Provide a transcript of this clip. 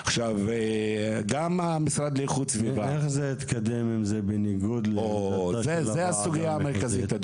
איך זה התקדם אם זה בניגוד לעמדה של הוועדה המחוזית?